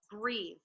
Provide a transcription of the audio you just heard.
breathe